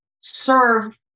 serve